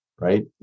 right